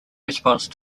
response